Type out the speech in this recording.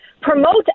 promote